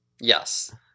yes